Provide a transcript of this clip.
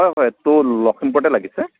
হয় হয় এইটো লখিমপুৰতে লাগিছে